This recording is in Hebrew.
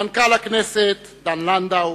מנכ"ל הכנסת דן לנדאו,